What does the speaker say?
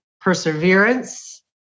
perseverance